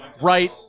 right